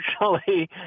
unfortunately